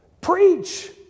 Preach